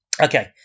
Okay